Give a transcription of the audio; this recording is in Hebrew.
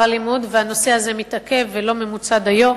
הלימוד והנושא הזה מתעכב ולא ממוצה דיו,